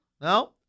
No